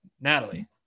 Natalie